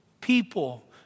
people